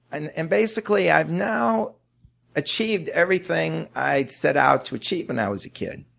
and and basically i've now achieved everything i'd set out to achieve when i was a kid.